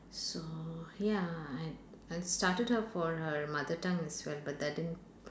so ya I I've started her for her mother tongue as well but that didn't